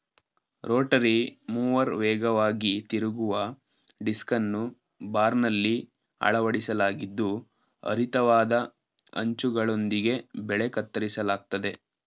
Rotary mower ವೇಗವಾಗಿ ತಿರುಗುವ ಡಿಸ್ಕನ್ನು ಬಾರ್ನಲ್ಲಿ ಅಳವಡಿಸಲಾಗಿದ್ದು ಹರಿತವಾದ ಅಂಚುಗಳೊಂದಿಗೆ ಬೆಳೆ ಕತ್ತರಿಸಲಾಗ್ತದೆ